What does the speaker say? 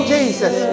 Jesus